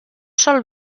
sol